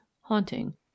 haunting